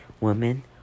woman